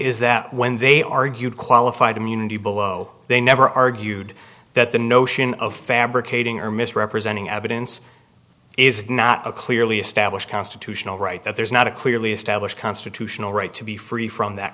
is that when they argued qualified immunity below they never argued that the notion of fabricating her misrepresenting evidence is not a clearly established constitutional right that there's not a clearly established constitutional right to be free from that